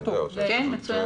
זה מתייחס